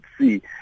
see